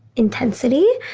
intensity.